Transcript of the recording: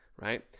right